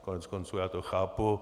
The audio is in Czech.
Koneckonců já to chápu.